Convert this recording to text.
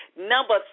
number